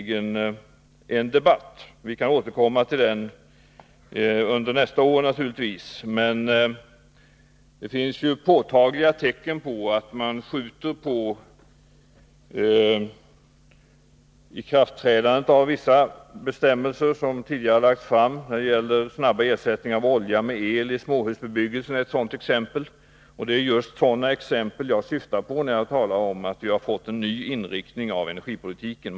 Vi kan naturligtvis återkomma till detta under nästa år, men jag vill nu notera att det finns påtagliga tecken på att man skjuter på ikraftträdandet av restriktionerna mot elvärme som tidigare har beslutats. Det snabba ersättandet av olja med elvärme i småhusbebyggelse är ett faktum. Det är just sådana exempel 79 som jag syftar på när jag talar om att vi har fått en ny inriktning av energipolitiken.